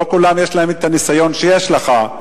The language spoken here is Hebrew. לא כולם יש להם הניסיון שיש לך.